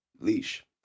Leash